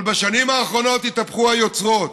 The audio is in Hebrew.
אבל בשנים האחרונות התהפכו היוצרות.